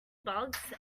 bugs